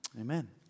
amen